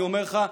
אני אומר לך,